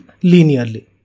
linearly